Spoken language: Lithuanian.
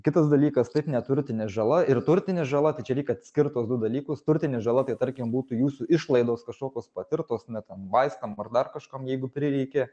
kitas dalykas taip neturtinė žala ir turtinė žala tai čia reik atskirt tuos du dalykus turtinė žala tai tarkim būtų jūsų išlaidos kažkokios patirtos ane ten vaistam ar dar kažkam jeigu prireikė